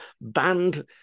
banned